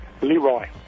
Leroy